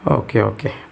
okay okay